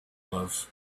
love